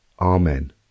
Amen